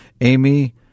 Amy